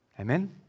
Amen